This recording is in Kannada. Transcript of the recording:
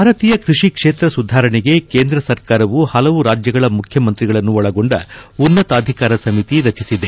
ಭಾರತೀಯ ಕೃಷಿ ಕ್ಷೇತ್ರ ಸುಧಾರಣೆಗೆ ಕೇಂದ್ರ ಸರ್ಕಾರವು ಹಲವು ರಾಜ್ಯಗಳ ಮುಖ್ಯಮಂತ್ರಿಗಳನ್ನು ಒಳಗೊಂಡ ಉನ್ನತಾಧಿಕಾರ ಸಮಿತಿ ರಚಿಸಿದೆ